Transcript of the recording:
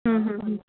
ਹੂੰ ਹੂੰ ਹੂੰ